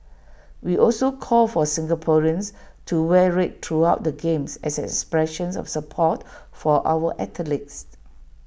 we also call for Singaporeans to wear red throughout the games as an expression of support for our athletes